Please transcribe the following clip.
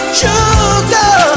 sugar